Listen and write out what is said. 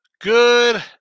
good